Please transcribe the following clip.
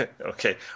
Okay